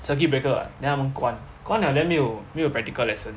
circuit breaker what then 他们关关了 then 没有没有 practical lesson